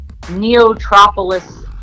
Neotropolis